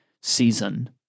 season